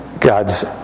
God's